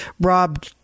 Rob